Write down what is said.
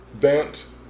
bent